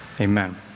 Amen